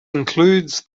includes